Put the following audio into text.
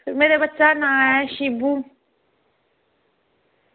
मेरे बच्चे दा नांऽ ऐ शिवु